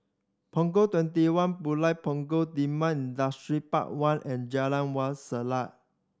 Punggol Twenty one Pulau Punggol Timor Industrial Park One and Jalan Wak Selat